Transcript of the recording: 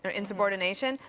insubordination.